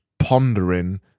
pondering